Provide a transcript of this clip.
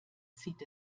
zieht